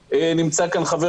נמצא כאן חבר